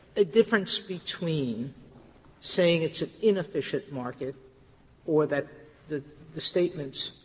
a difference between saying it's an inefficient market or that the the statements